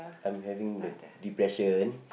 I'm having the depression